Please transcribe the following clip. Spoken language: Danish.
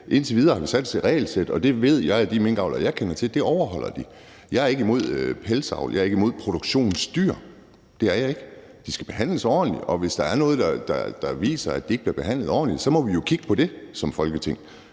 Indtil videre har vi fastsat et regelsæt, og det ved jeg at de minkavlere, jeg kender til, overholder. Jeg er ikke imod pelsdyravl, jeg er ikke imod produktionsdyr. Det er jeg ikke. De skal behandles ordentligt, og hvis der er noget, der viser, at de ikke bliver behandlet ordentligt, så må vi jo kigge på det som Folketing.